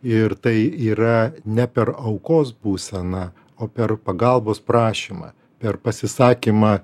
ir tai yra ne per aukos būseną o per pagalbos prašymą per pasisakymą